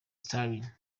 stirling